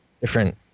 different